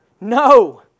No